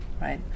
right